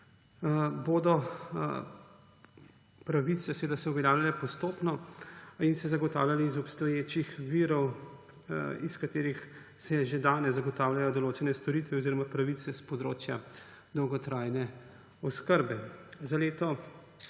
bodo pravice uveljavljale postopno in se zagotavljale iz obstoječih virov, iz katerih se že danes zagotavljajo določene storitve oziroma pravice s področja dolgotrajne oskrbe. Za leto